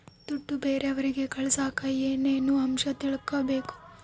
ದುಡ್ಡು ಬೇರೆಯವರಿಗೆ ಕಳಸಾಕ ಏನೇನು ಅಂಶ ತಿಳಕಬೇಕು?